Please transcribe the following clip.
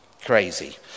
crazy